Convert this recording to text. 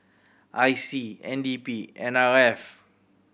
I C N D P and N R F